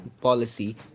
policy